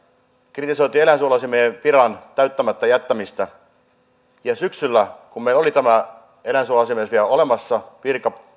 kritisoitiin eläinsuojeluasiamiehen viran täyttämättä jättämistä syksyllä kun meillä oli tämä eläinsuojeluasiamies vielä olemassa virka